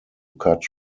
cut